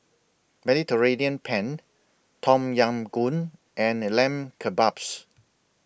Mediterranean Penne Tom Yam Goong and The Lamb Kebabs